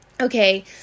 Okay